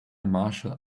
martial